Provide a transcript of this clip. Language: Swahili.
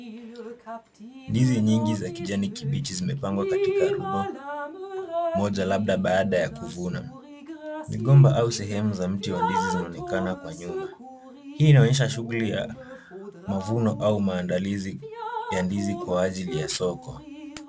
Ndizi nyingi za kijani kibichi zimepangwa katika rundo moja labda baada ya kuvuna. Migomba au sehemu za mti wa ndizi zinaonekana kwa nyuma. Hii inaonesha shughuli ya mavuno au maandalizi ya ndizi kwa ajili ya soko.